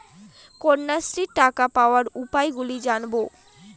কন্যাশ্রীর টাকা পাওয়ার উপায়গুলি জানাবেন?